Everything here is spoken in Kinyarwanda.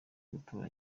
gutora